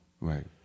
Right